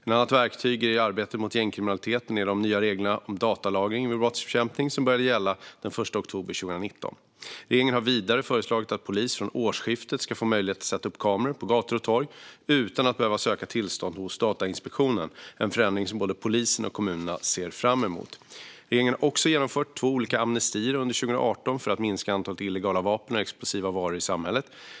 Ett annat verktyg i arbetet mot gängkriminaliteten är de nya regler om datalagring vid brottsbekämpning som började gälla den 1 oktober 2019. Regeringen har vidare föreslagit att polisen från årsskiftet ska få möjlighet att sätta upp kameror på gator och torg utan att behöva söka tillstånd hos Datainspektionen. Det är en förändring som både polisen och kommunerna ser fram emot. Regeringen har också genomfört två olika amnestier under 2018 för att minska antalet illegala vapen och explosiva varor i samhället.